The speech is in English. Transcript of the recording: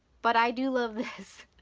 but i do love this.